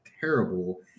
terrible